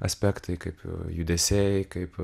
aspektai kaip judesiai kaip